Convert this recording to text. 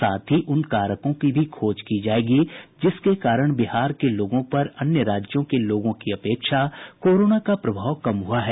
साथ ही उन कारकों की भी खोज की जायेगी जिसके कारण बिहार के लोगों पर अन्य राज्यों के लोगों की अपेक्षा कोरोना का प्रभाव कम हुआ है